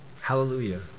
Hallelujah